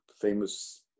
famous